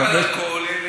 גם על אלכוהול העליתי.